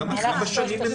במהלך שלוש השנים.